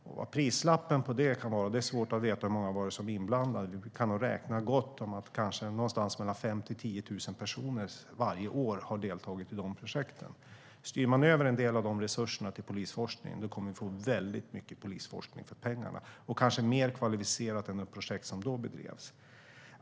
Vad prislappen på det kan vara är svårt att veta liksom hur många som har varit inblandade, men man kan nog räkna med att 5 000-10 000 personer har deltagit i projekten varje år. Om man styr över en del av de resurserna till polisforskning kommer vi att få väldigt mycket forskning för pengarna, kanske mer kvalificerad än de projekt som har drivits.